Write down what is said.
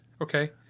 okay